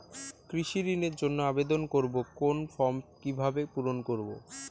কৃষি ঋণের জন্য আবেদন করব কোন ফর্ম কিভাবে পূরণ করব?